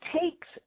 takes